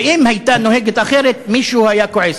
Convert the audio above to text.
ואם הייתה נוהגת אחרת, מישהו היה כועס.